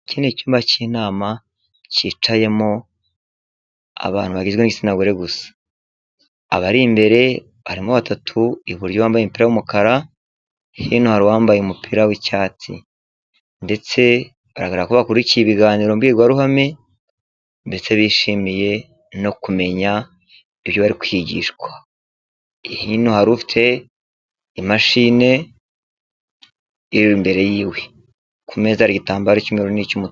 Iki ni cyumba k'inama, kicayemo abantu bagizwe n'igitsina gore gusa, Abari imbere harimo batatu iburyo bambaye imipira y'umukara, hino hari wambaye umupira w'icyatsi .Ndetse bigaragara ko bakurikiye ibiganiro mbwirwaruhame, ndetse bishimiye no kumenya ibyo bari kwigishwa. Hino hari ufite imashini iri imbere yiwe. Ku meza hari igitambaro cy'umweru n'icy'umutuku.